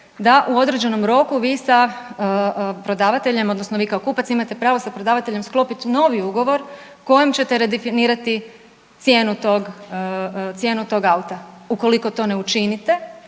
da u određenom roku vi sa prodavateljem odnosno vi kao kupac imate pravo sa prodavateljem sklopiti novi ugovor kojim ćete redefinirati cijenu tog auta. Ukoliko to ne učinite